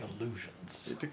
illusions